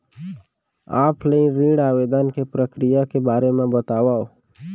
Offline ऋण आवेदन के प्रक्रिया के बारे म बतावव?